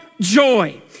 joy